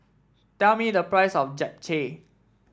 tell me the price of Japchae